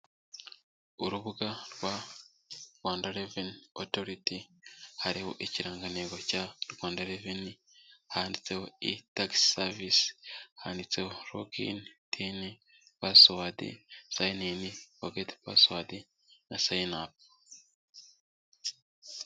urubuga rwa rwanda revenue authority hariho ikirangantego cya rwanda revenue handitseho etax sevice, handitseho log in ,tin, pasward, sign in, forget pasward na sin up.